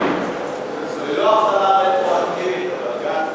מס הכנסה (חישוב מס לבני-זוג העובדים יחד),